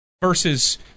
versus